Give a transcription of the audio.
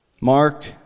Mark